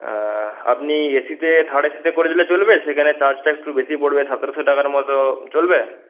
আপনি এ সিতে থার্ড এ সিতে করে দিলে চলবে সেখানে চার্জটা একটু বেশিই পড়বে সতেরোশো টাকার মতো চলবে